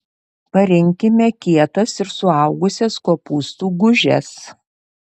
parinkime kietas ir suaugusias kopūstų gūžes